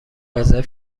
رزرو